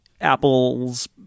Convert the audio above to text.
Apple's